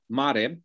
mare